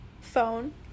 phone